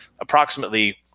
approximately